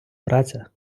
праця